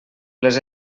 les